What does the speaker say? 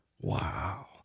Wow